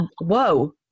whoa